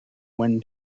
when